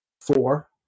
four